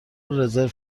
رزرو